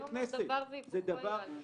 יוליה, מספיק.